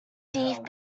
deep